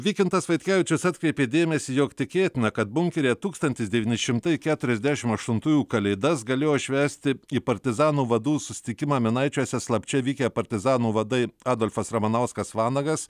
vykintas vaitkevičius atkreipė dėmesį jog tikėtina kad bunkeryje tūkstantis devyni šimtai keturiasdešim aštuntųjų kalėdas galėjo švęsti į partizanų vadų susitikimą minaičiuose slapčia vykę partizanų vadai adolfas ramanauskas vanagas